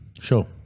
sure